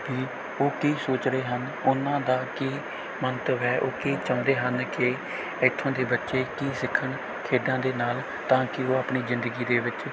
ਵੀ ਉਹ ਕੀ ਸੋਚ ਰਹੇ ਹਨ ਉਹਨਾਂ ਦਾ ਕੀ ਮੰਤਵ ਹੈ ਉਹ ਕੀ ਚਾਹੁੰਦੇ ਹਨ ਕਿ ਇੱਥੋਂ ਦੇ ਬੱਚੇ ਕੀ ਸਿੱਖਣ ਖੇਡਾਂ ਦੇ ਨਾਲ ਤਾਂ ਕਿ ਉਹ ਆਪਣੀ ਜ਼ਿੰਦਗੀ ਦੇ ਵਿੱਚ